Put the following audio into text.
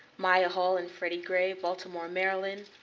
mia hall and freddie gray, baltimore, maryland.